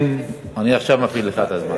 אני עכשיו מתחיל לך את הזמן.